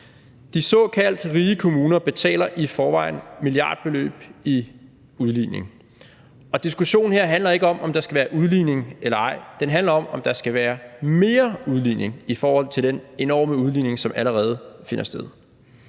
De såkaldt rige kommuner betaler i forvejen milliardbeløb i udligning, og diskussionen her handler ikke om, om der skal være udligning eller ej. Den handler om, om der skal være mere udligning i forhold til den enorme udligning, som allerede finder sted.